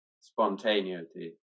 spontaneity